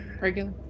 Regular